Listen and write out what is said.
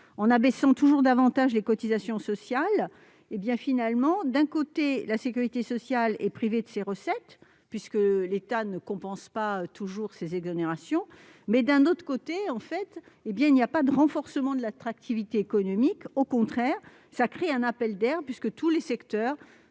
En abaissant toujours davantage les cotisations sociales, d'un côté, la sécurité sociale est privée de ses recettes, puisque l'État ne compense pas toujours ces exonérations, et, de l'autre, il n'y a pas de renforcement de l'attractivité économique. Au contraire, cela crée un appel d'air, puisque tous les secteurs